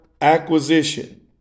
acquisition